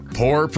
poor